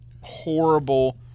horrible